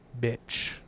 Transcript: bitch